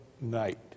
night